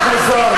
חבר הכנסת זוהר,